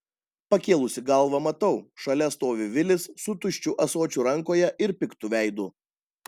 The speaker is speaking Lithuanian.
pakėlusi galvą matau šalia stovi vilis su tuščiu ąsočiu rankoje ir piktu veidu